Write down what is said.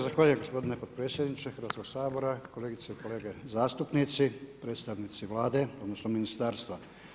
Zahvaljujem gospodine podpredsjedniče Hrvatskog sabora, kolegice i kolege zastupnici, predstavnici Vlade, odnosno ministarstva.